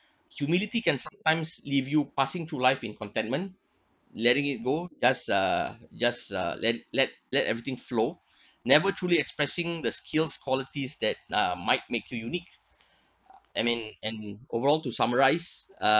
humility can sometimes leave you passing through life in contentment letting it go just uh just uh let let let everything flow never truly expressing the skills qualities that um might make you unique I mean and overall to summarise uh